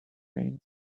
brains